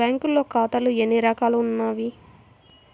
బ్యాంక్లో ఖాతాలు ఎన్ని రకాలు ఉన్నావి?